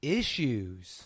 issues